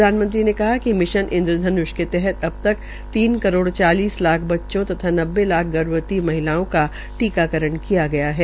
प्रधानमंत्री ने कहा कि मिशन इंद्रध्न्ष के तहत अब तक तीन करोड़ चालीस लाख बच्चों तथा नब्बे लाख गर्भवती महिलाओं का टीकाकरण किया गया है